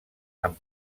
amb